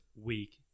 week